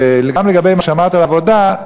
ולגבי מה שאמרת על עבודה,